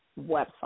website